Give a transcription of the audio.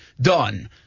done